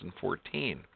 2014